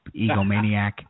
egomaniac